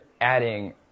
adding